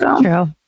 True